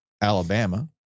Alabama